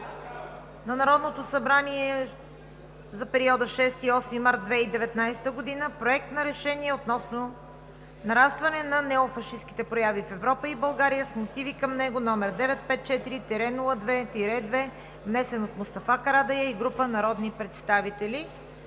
на Народното събрание за периода 6 – 8 март 2019 г. Проект на решение относно нарастване на неофашистките прояви в Европа и България, с мотиви към него, № 954-02-2, внесен от Мустафа Карадайъ и група народни представители.“